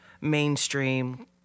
mainstream